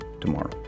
tomorrow